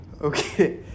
Okay